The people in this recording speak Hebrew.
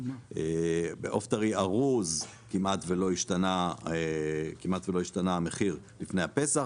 בעוף טרי ארוז כמעט שלא השתנה המחיר לפני הפסח,